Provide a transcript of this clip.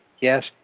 yes